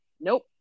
Nope